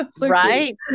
right